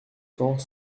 cent